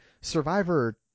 survivor